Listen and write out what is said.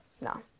No